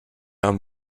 haben